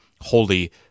holy